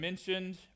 mentioned